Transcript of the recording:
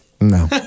No